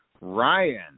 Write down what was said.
Ryan